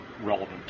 relevant